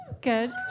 Good